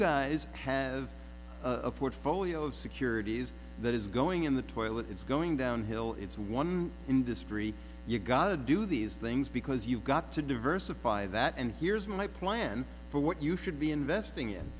guys have a portfolio of securities that is going in the toilet it's going downhill it's one industry you've got to do these things because you've got to diversify that and here's my plan for what you should be investing in